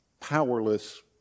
powerless